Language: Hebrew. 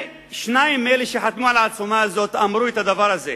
שניים מאלה שחתמו על העצומה הזאת אמרו את הדבר הזה.